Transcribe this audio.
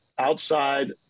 outside